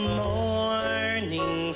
morning